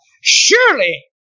Surely